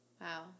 Wow